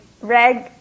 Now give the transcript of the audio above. Reg